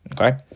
okay